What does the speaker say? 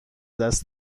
دست